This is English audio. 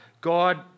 God